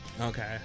Okay